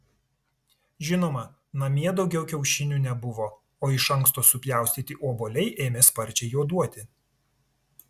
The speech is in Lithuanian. žinoma namie daugiau kiaušinių nebuvo o iš anksto supjaustyti obuoliai ėmė sparčiai juoduoti